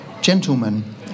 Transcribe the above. Gentlemen